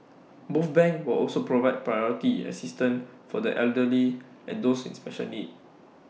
both banks will also provide priority assistance for the elderly and those with special needs